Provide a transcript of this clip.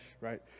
right